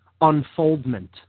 unfoldment